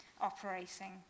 operating